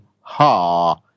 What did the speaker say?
ha